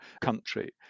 country